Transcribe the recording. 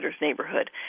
neighborhood